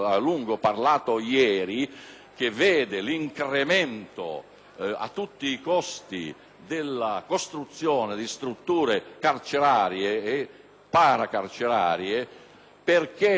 a tutti i costi, la costruzione di strutture carcerarie e paracarcerarie. Infatti, il problema della sicurezza in questo Paese si risolve